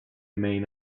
main